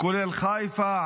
כולל חיפה,